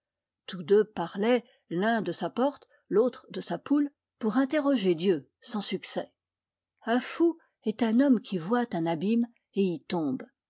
tous deux parlaient l'un de sa porte l'autre de sa poule pour interroger dieu sans succès un fou est un homme qui voit un abîme et y tombe